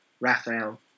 Raphael